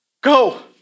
Go